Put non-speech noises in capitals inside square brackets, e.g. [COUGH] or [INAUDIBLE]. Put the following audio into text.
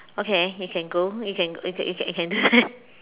okay you can go you can you can you can you can [LAUGHS]